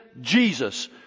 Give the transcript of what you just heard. Jesus